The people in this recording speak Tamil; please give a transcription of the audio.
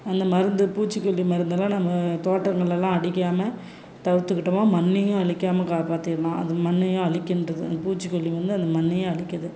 அந்த மருந்து பூச்சிக்கொல்லி மருந்தெல்லாம் நாங்கள் தோட்டங்கள்லல்லாம் அடிக்காமல் தவிர்த்துக்கிட்டோம்னா மண்ணையும் அழிக்காமல் காப்பாத்திடலாம் அது மண்ணையும் அழிக்கின்றது அந்த பூச்சிக்கொல்லி வந்து அந்த மண்ணையும் அழிக்குது